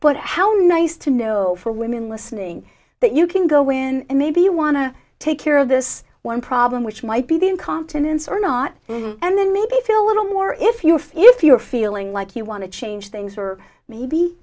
but how many nice to know for women listening that you can go when maybe you want to take care of this one problem which might be the incontinence or not and then maybe feel a little more if you if you're feeling like you want to change things for maybe